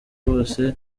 bose